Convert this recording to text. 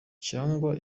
cyangwa